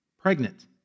pregnant